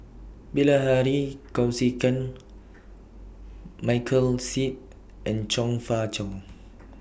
Bilahari Kausikan Michael Seet and Chong Fah Cheong